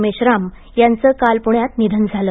मेश्राम यांचं काल पुण्यात निधन झालं